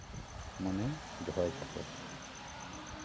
ᱢᱚᱱᱮ ᱫᱚᱦᱚᱭ ᱛᱟᱯᱮ